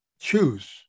Choose